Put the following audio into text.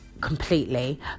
completely